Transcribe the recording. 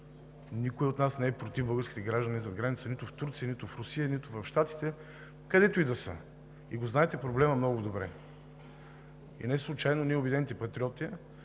Никой от нас не е против българските граждани зад граница – нито в Турция, нито в Русия, нито в Щатите, където и да са, и знаете много добре проблема. Неслучайно ние – „Обединените патриоти“,